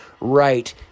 right